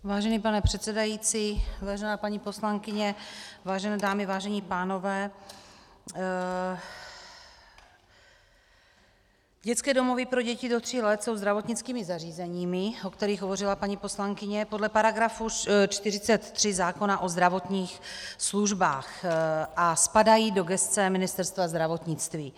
Vážený pane předsedající, vážená paní poslankyně, vážené dámy, vážení pánové, dětské domovy pro děti do tří let jsou zdravotnickými zařízeními, o kterých hovořila paní poslankyně, podle § 43 zákona o zdravotních službách a spadají do gesce Ministerstva zdravotnictví.